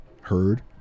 Heard